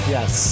Yes